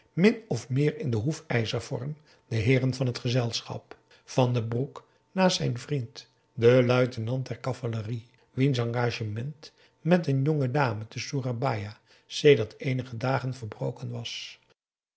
min of meer in den hoefijzersvorm de heeren van het gezelschap van den broek naast zijn vriend den luitenant der cavalerie wiens engagement met een jonge dame te soerabaja sedert eenige dagen verbroken was